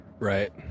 Right